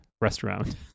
restaurant